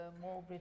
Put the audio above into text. more